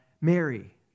Mary